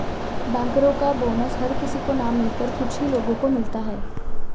बैंकरो का बोनस हर किसी को न मिलकर कुछ ही लोगो को मिलता है